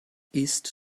ist